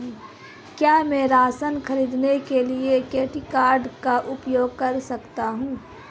क्या मैं राशन खरीदने के लिए क्रेडिट कार्ड का उपयोग कर सकता हूँ?